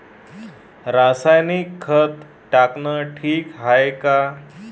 रासायनिक खत टाकनं ठीक हाये का?